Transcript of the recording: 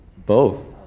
both.